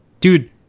Dude